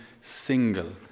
single